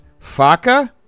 Faca